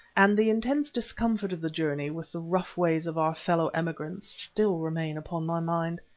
and the intense discomfort of the journey with the rough ways of our fellow emigrants still remain upon my mind.